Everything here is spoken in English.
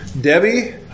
Debbie